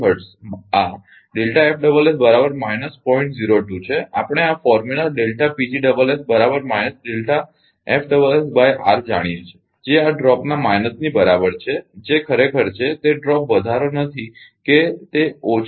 20 hertz આ છે આપણે આ ફોર્મ્યુલા જાણીએ છે જે આ ડ્રોપના માઈનસની બરાબર છે જે ખરેખર છે તે ડ્રોપ વધારો નથી કે તે ઓછા 0